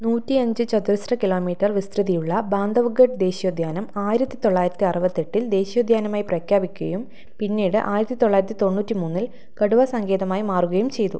നൂറ്റിയഞ്ച് ചതുരശ്ര കിലോമീറ്റർ വിസ്തൃതിയുള്ള ബാന്ധവ്ഗഡ് ദേശീയോദ്യാനം ആയിരത്തി തൊള്ളായിരത്തി അറുപത്തെട്ടിൽ ദേശീയോദ്യാനമായി പ്രഖ്യാപിക്കുകയും പിന്നീട് ആയിരത്തി തൊള്ളായിരത്തി തൊണ്ണൂറ്റി മൂന്നിൽ കടുവ സങ്കേതമായി മാറുകയും ചെയ്തു